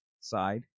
side